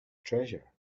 treasure